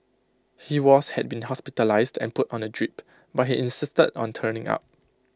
he was had been hospitalised and put on A drip but he insisted on turning up